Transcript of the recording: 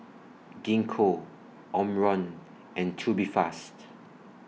Gingko Omron and Tubifast